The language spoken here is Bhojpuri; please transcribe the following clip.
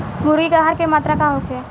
मुर्गी के आहार के मात्रा का होखे?